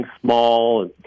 small